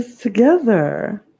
together